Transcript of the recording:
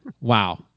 wow